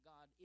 God